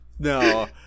No